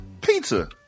pizza